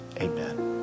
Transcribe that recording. Amen